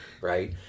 right